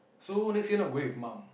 so next year not going with mum